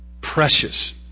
Precious